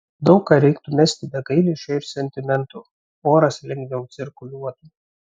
daug ką reiktų mesti be gailesčio ir sentimentų oras lengviau cirkuliuotų